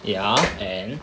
ya and